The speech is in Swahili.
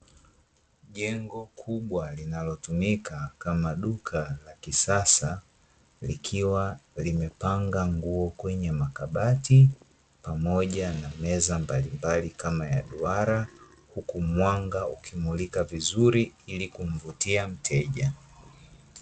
Jengo kubwa linalotumika kama duka la kisasa, likiwa limepanga nguo kwenye makabati pamoja na meza mbalimbali kama ya duara huku mwanga ukimulika vizuri ilikumvutia mteja.